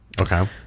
Okay